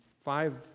five